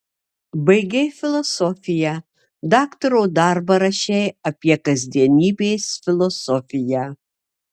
baigei filosofiją daktaro darbą rašei apie kasdienybės filosofiją